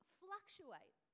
fluctuate